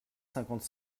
cinquante